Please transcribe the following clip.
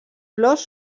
flors